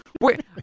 Wait